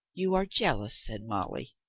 you are jealous, said molly,